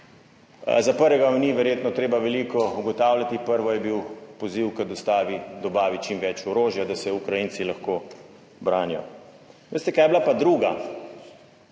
Za prvega vam ni verjetno treba veliko ugotavljati, prvo je bil poziv k dostavi, dobavi čim več orožja, da se Ukrajinci lahko branijo. Veste kaj je bila pa druga?